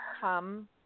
come